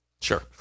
Sure